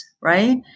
right